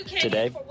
today